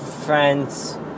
friends